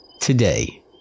today